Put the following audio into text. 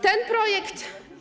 Ten projekt.